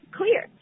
clear